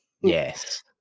yes